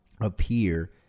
appear